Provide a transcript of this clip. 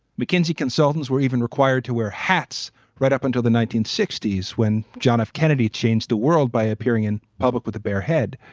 mckinsey consultants were even required to wear hats right up until the nineteen sixty s when john f. kennedy changed the world by appearing in public with a bare head.